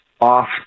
off